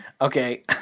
Okay